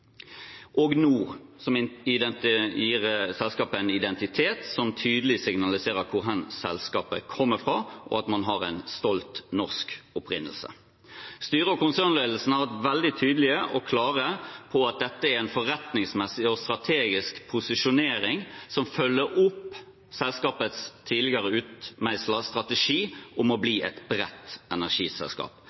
balanse, og av «nor», som gir selskapet en identitet som tydelig signaliserer hvor selskapet kommer fra, og at man har en stolt, norsk opprinnelse. Styret og konsernledelsen har vært veldig tydelige og klare på at dette er en forretningsmessig og strategisk posisjonering som følger opp selskapets tidligere utmeislede strategi om å bli et bredt energiselskap.